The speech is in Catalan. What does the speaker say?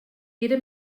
era